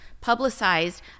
publicized